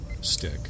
stick